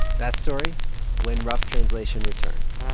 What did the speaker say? that story when rough translation returns